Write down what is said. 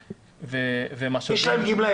יש להם גמלה.